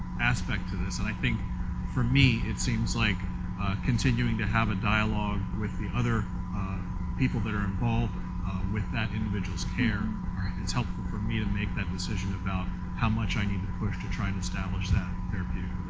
aspect to this. and i think for me it's seems like continuing to have a dialog with the other people that are involved with that individual's care or it's helpful for me to make that decision about how much i need to push to try and establish that therapeutic